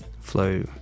flow